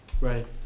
Right